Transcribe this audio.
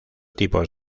tipos